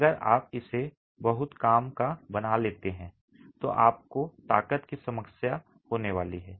अगर आप इसे बहुत काम का बना लेते हैं तो आपको ताकत की समस्या होने वाली है